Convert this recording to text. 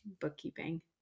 bookkeeping